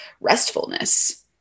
restfulness